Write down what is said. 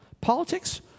Politics